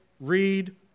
read